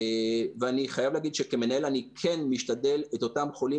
ואני חייב להגיד שכמנהל אני כן משתדל לשים את אותם חולים